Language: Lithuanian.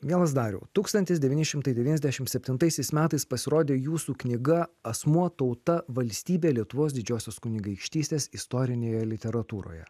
mielas dariau tūkstantis devyni šimtai devyniasdešim septintaisiais metais pasirodė jūsų knyga asmuo tauta valstybė lietuvos didžiosios kunigaikštystės istorinėje literatūroje